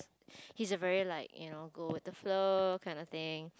he's a very like you know go with the flow kind of thing